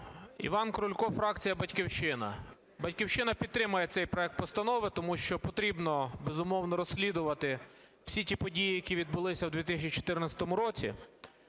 Іван Крулько, фракція "Батьківщина". "Батьківщина" підтримає цей проект постанови, тому що потрібно, безумовно, розслідувати всі ті події, які відбулися в 2014 році